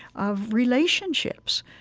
of relationships.